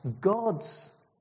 God's